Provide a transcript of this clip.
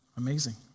amazing